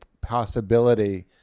possibility